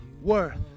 worth